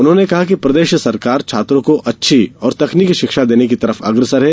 उन्होंने कहा कि प्रदेश सरकार छात्रों को अच्छी और तकनीकी शिक्षा देने की तरफ अग्रसर है